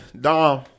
Dom